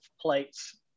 plates